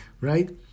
right